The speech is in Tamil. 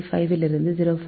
35 லிருந்து 0